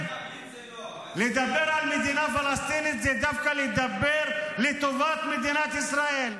לדבר על מדינה פלסטינית זה דווקא לדבר לטובת מדינת ישראל.